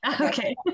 okay